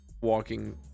walking